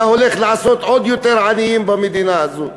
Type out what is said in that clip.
אתה הולך לעשות עוד יותר עניים במדינה הזאת.